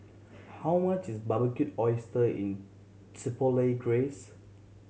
how much is Barbecued Oyster is Chipotle Glaze